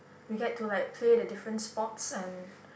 we get to like play the different sports and